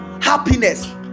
happiness